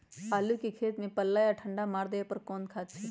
आलू के खेत में पल्ला या ठंडा मार देवे पर कौन खाद छींटी?